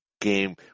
game